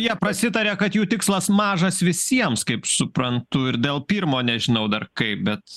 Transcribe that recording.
jie prasitaė kad jų tikslas mažas visiems kaip suprantu ir dėl pirmo nežinau dar kaip bet